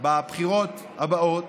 בבחירות הקרובות